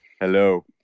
Hello